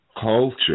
culture